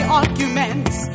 arguments